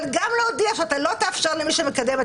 אבל גם להודיע שאתה לא תאפשר למי שמקדם את